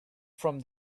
from